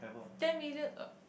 ten million uh